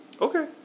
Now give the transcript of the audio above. Okay